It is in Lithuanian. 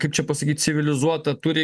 kaip čia pasakyt civilizuota turi